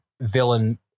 villain